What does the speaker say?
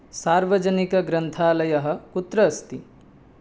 सार्वजनिकग्रन्थालयः कुत्र अस्ति